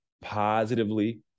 positively